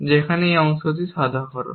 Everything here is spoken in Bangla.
যেখানে এই অংশটি সাধারণ